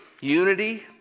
Unity